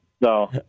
No